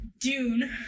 Dune